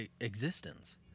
existence